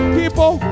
people